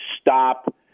stop